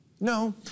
No